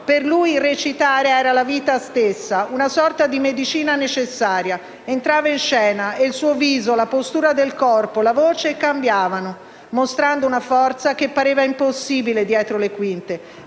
«Per lui recitare era la vita stessa, una sorta di medicina necessaria. Entrava in scena e il suo viso, la postura del corpo, la voce cambiavano, mostrando una forza che pareva impossibile dietro le quinte.